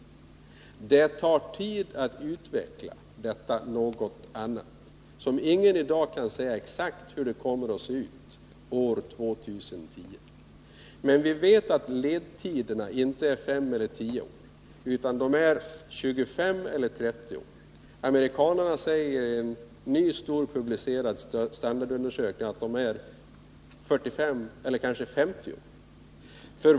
Det tar tid att utveckla detta, som ingen i dag kan säga hur det kommer att se ut år 2010. Men vi vet att ledtiderna inte är 5 eller 10 år, utan de är 25 eller 30 år. Amerikanarna säger i en ny stor standardundersökning som publicerats att ledtiderna är 45 eller kanske 50 år.